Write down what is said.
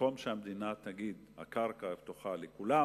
במקום שהמדינה תגיד שהקרקע פתוחה לכולם